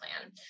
plan